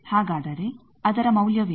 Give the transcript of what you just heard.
ಹಾಗಾದರೆ ಅದರ ಮೌಲ್ಯವೇನು